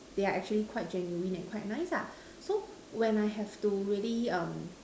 they are actually quite genuine and quite nice ah so when I have to really um